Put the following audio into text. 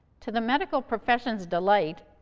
to the medical profession's delight,